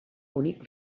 bonic